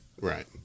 Right